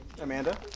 Amanda